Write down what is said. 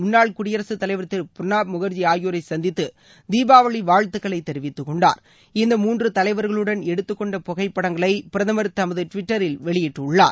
முன்னாள் குடியரசுத் தலைவர் திரு பிரணாப் முகர்ஜி ஆகியோரை சந்தித்து தீபாவளி வாழ்த்துக்களை தெரிவித்துக்கொண்டார் இந்த மூன்று தலைவர்களுடன் எடுத்துக்கொண்ட புகைப்படங்களை பிரதமர் தமது டுவிட்டரில் வெளியிட்டுள்ளார்